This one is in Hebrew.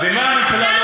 זה גם לא זה